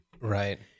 Right